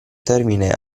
termine